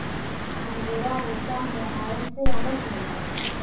angora रेसा mohair से अलग होला